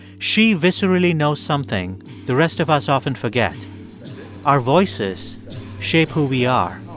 she viscerally knows something the rest of us often forget our voices shape who we are.